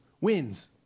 wins